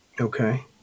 Okay